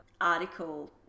article